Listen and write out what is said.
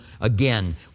again